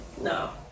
No